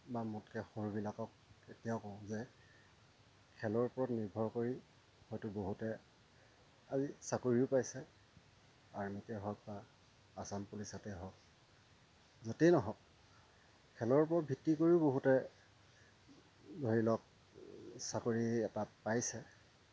বা মোতকৈ সৰুবিলাকক এতিয়াও কওঁ যে খেলৰ ওপৰত নিৰ্ভৰ কৰি হয়তো বহুতে আজি চাকৰিও পাইছে আৰ্মিতে হওক বা আচাম পুলিচতে হওক য'তেই নহওক খেলৰ ওপৰত ভিত্তি কৰিও বহুতে ধৰি লওক চাকৰি এটা পাইছে